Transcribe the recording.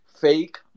fake